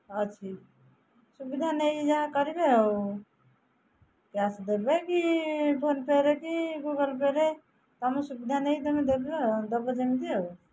ଅଛି ସୁବିଧା ନେଇ ଯାହା କରିବେ ଆଉ କ୍ୟାସ୍ ଦେବେ କି ଫୋନ୍ପେ'ରେ କି ଗୁଗଲ୍ପେ'ରେ ତୁମ ସୁବିଧା ନେଇ ତୁମେ ଦେବେ ଦେବ ଯେମିତି ଆଉ